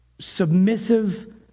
submissive